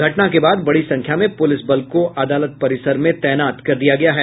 घटना के बाद बड़ी संख्या में पुलिस बलों को अदालत परिसर में तैनात कर दिया गया है